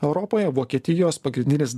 europoje vokietijos pagrindinis